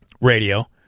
radio